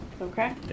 Okay